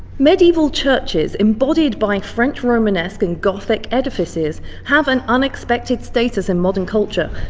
medieval churches, embodied by and french romanesque and gothic edifices, have an unexpected status in modern culture.